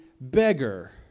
beggar